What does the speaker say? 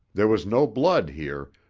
there was no blood here,